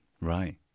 Right